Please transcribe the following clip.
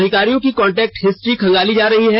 अधिकारियों की contact history खंगाली जा रही है